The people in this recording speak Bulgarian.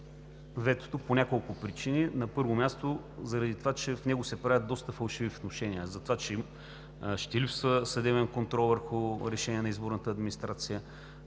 ветото по няколко причини. На първо място, заради това, че в него се правят доста фалшиви внушения – за това, че ще липсва съдебен контрол върху решения на изборната администрация;